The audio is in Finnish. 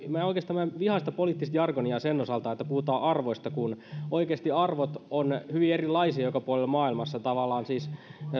oikeastaan vihaan sitä poliittista jargonia sen osalta että puhutaan arvoista kun oikeasti arvot ovat hyvin erilaisia joka puolella maailmassa tavallaan siis